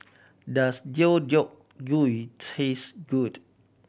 does Deodeok Gui taste good